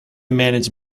manage